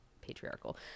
patriarchal